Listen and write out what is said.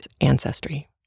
ancestry